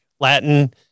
Latin